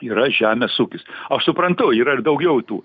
yra žemės ūkis aš suprantu yra ir daugiau tų